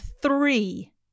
three